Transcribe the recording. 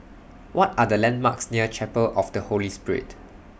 What Are The landmarks near Chapel of The Holy Spirit